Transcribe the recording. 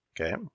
Okay